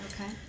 Okay